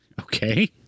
Okay